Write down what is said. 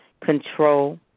control